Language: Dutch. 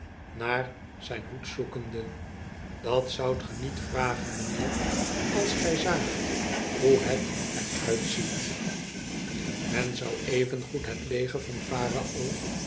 naar zijn hoed zoekende dat zoudt ge niet vragen mijnheer als gij zaagt hoe het er uitziet sen andkr man ij men zou evengoed het leger van farao